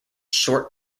short